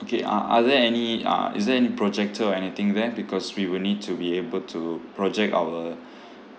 okay are are there any uh is there any projector or anything there because we will need to be able to project our